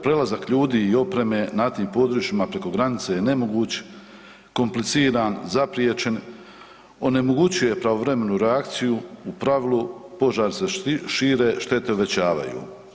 Prelazak ljudi i opreme na tim područjima preko granice je nemoguć, kompliciran, zapriječen, onemogućuje pravovremenu reakciju u pravilu, požari se pire, štete uvećavaju.